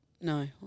No